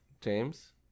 James